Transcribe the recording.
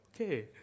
Okay